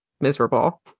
miserable